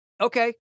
Okay